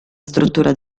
struttura